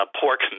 pork